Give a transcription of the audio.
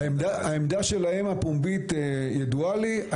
העמדה שלהם הפומבית ידועה לי.